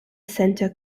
center